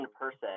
person